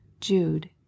Jude